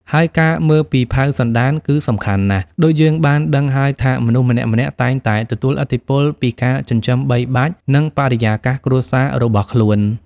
ហើយការមើលពីផៅសន្តានគឺសំខាន់ណាស់ ដូចយើងបានដឹងហើយថាមនុស្សម្នាក់ៗតែងតែទទួលឥទ្ធិពលពីការចិញ្ចឹមបីបាច់ និងបរិយាកាសគ្រួសាររបស់ខ្លួន។